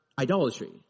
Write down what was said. idolatry